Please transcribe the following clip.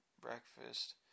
breakfast